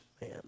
man